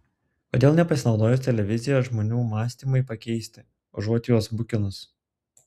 kodėl nepasinaudojus televizija žmonių mąstymui pakeisti užuot juos bukinus